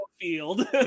field